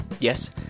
Yes